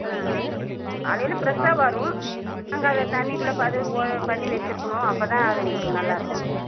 ஆ காலையில் ஃப்ரெஷ்ஷாக வரும் நாங்கள் அதை தண்ணிக்குள்ளே பதிவு பண்ணி வச்சிருக்கணும் அப்போதான் அது உங்களுக்கு நல்லாயிருக்கும்